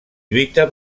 lluita